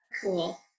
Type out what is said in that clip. cool